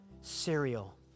cereal